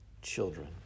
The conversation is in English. Children